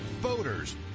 Voters